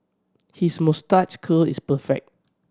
his moustache curl is perfect